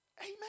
Amen